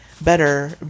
better